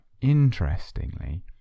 interestingly